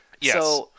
Yes